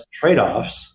trade-offs